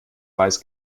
weiß